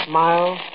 miles